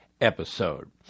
episode